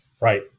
Right